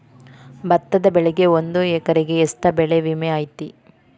ಭತ್ತದ ಬೆಳಿಗೆ ಒಂದು ಎಕರೆಗೆ ಎಷ್ಟ ಬೆಳೆ ವಿಮೆ ಐತಿ?